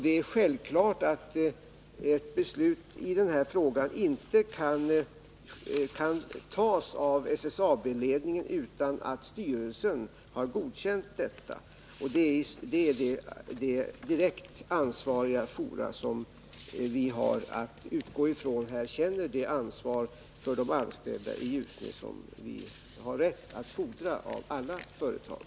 Det är självklart att ett beslut i den här frågan inte kan tas av SSAB-ledningen utan att styrelsen har godkänt det. Vi måste utgå ifrån att direkt ansvariga fora känner det ansvar för de anställda i Ljusne som vi har rätt att fordra av alla företag.